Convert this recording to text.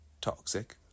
toxic